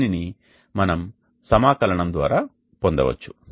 దీనిని మనం సమాకలనం ద్వారా పొందవచ్చు